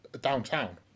downtown